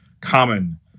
Common